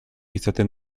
izaten